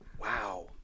Wow